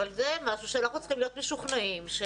אבל זה משהו שאנחנו צריכים להיות משוכנעים בו.